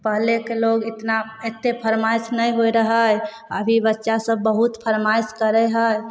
पहिलेके लोक एतना एतेक फरमाइश नहि होइ रहै अभी बच्चासभ बहुत फरमाइश करै हइ